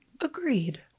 agreed